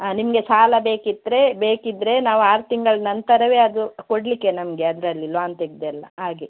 ಆಂ ನಿಮಗೆ ಸಾಲ ಬೇಕಿದ್ರೆ ಬೇಕಿದ್ದರೆ ನಾವು ಆರು ತಿಂಗಳ ನಂತರವೇ ಅದು ಕೊಡಲಿಕ್ಕೆ ನಮಗೆ ಅದರಲ್ಲಿ ಲ್ವೋನ್ ತೆಗೆದೆಲ್ಲ ಹಾಗೆ